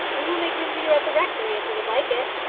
we will make room for you at the rectory, if you would like it.